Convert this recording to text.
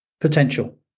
potential